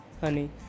honey